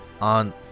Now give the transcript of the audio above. on